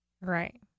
right